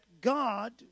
God